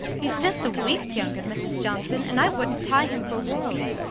he's just a week younger, mrs. johnson, and i wouldn't tie him for worlds,